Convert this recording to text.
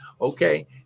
Okay